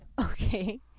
okay